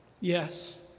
Yes